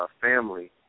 family